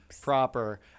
proper